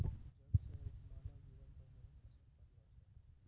जल से मानव जीवन पर बहुते असर पड़लो छै